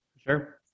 Sure